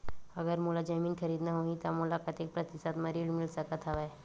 अगर मोला जमीन खरीदना होही त मोला कतेक प्रतिशत म ऋण मिल सकत हवय?